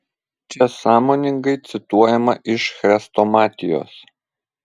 čia sąmoningai cituojama iš chrestomatijos